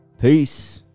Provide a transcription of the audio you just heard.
peace